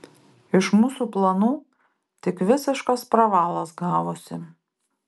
iš mūsų planų tik visiškas pravalas gavosi